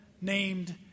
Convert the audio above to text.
named